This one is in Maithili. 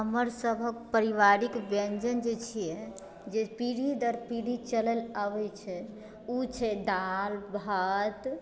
हमर सभक पारिवारिक व्यञ्जन जे छिऐ जे पीढ़ी दर पीढ़ी चलल आबैत छै ओ छै दालि भात